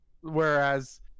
whereas